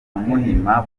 muhima